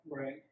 Right